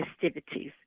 festivities